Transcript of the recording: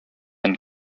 and